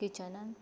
किचनान